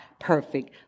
perfect